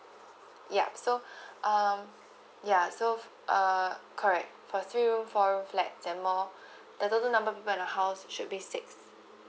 ya so uh ya so uh correct for three room four room flat there are more the total number people in the house should be six